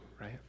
right